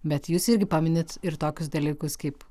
bet jūs irgi paminit ir tokius dalykus kaip